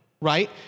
right